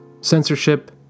Censorship